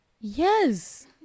Yes